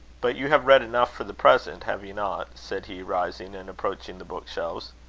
but you have read enough for the present, have you not? said he, rising, and approaching the book-shelves.